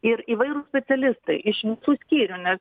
ir įvairūs specialistai iš visų skyrių nes